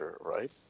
Right